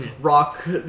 rock